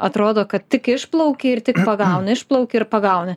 atrodo kad tik išplauki ir tik pagauni išplauki ir pagauni